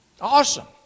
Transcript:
Awesome